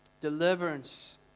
deliverance